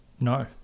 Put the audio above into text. No